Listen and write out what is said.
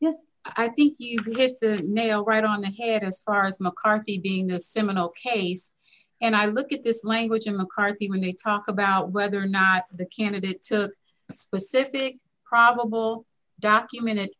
yes i think you get the nail right on the head of arms mccarthy being a seminal case and i look at this language in mccarthy when you talk about whether or not the candidate so specific probable documented